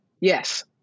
Yes